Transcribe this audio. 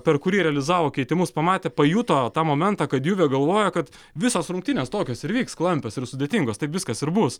per kurį realizavo keitimus pamatė pajuto tą momentą kad juvė galvoja kad visos rungtynės tokios ir vyks klampios ir sudėtingos taip viskas ir bus